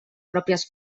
pròpies